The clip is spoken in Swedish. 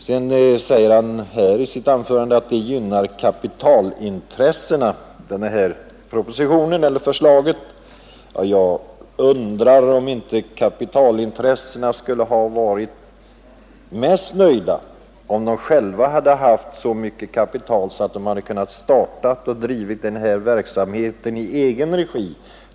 Herr Berndtson i Linköping sade i sitt anförande att propositionen gynnar kapitalintressena. Jag undrar om inte kapitalintressena skulle ha varit mest nöjda, om de själva haft så mycket kapital att de hade kunnat starta och driva verksamheten i egen regi.